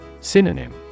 Synonym